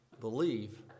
believe